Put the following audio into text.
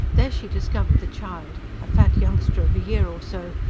there she discovered the child, a fat youngster of a year or so,